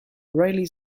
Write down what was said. raleigh